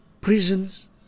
prisons